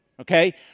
Okay